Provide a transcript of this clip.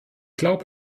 glaube